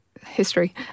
History